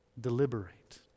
Deliberate